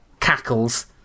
cackles